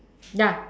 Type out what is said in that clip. ya